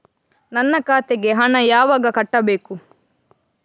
ನನ್ನ ಖಾತೆಗೆ ಹಣ ಯಾವಾಗ ಕಟ್ಟಬೇಕು?